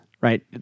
right